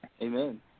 Amen